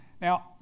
Now